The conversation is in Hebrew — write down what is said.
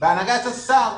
בהנהגת השר,